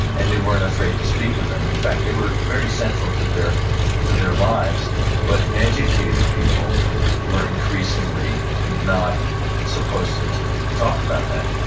and they weren't afraid to speak of them. in fact, they were very central to their to their lives but educated people were increasingly not supposed to to talk about that.